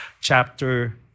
chapter